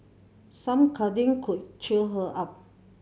some cuddling could cheer her up